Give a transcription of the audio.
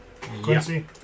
Quincy